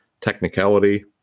technicality